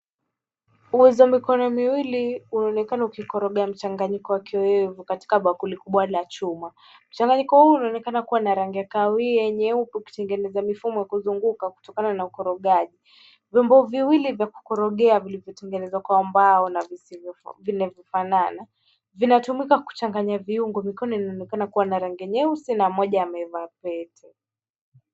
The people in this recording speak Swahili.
Uwezo wa mikono miwili unaonekana ukikoroga mchanganyiko wa kioevu katika bakuli kubwa la chuma. Mchananyiko huu unaonekana kuwa wa rangi ya kahawia, nyeupe ukitengeneza mifumo ya kuzunguka kutokana na ukorogaji. Vyombo viwili vya kukorogea vilivyotengenezwa kwa mbao na vinavyofanana vinatumika kuchanganya viungo. Mikono inaonekana kuwa ya rangi nyeusi na mmoja amevaa pete.